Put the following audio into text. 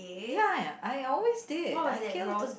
ya I always did I killed